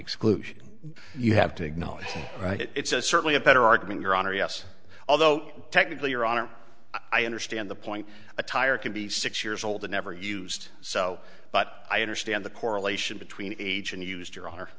exclusion you have to acknowledge right it's a certainly a better argument your honor yes although technically your honor i understand the point a tire can be six years old or never used so but i understand the correlation between age and used